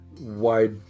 wide